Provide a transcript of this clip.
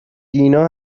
دینا